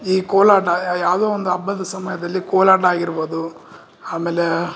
ಈ ಕೋಲಾಟ ಯಾವುದೋ ಒಂದು ಹಬ್ಬದ ಸಮಯದಲ್ಲಿ ಕೋಲಾಟ ಆಗಿರ್ಬೌದು ಆಮೇಲೆ